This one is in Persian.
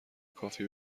کافی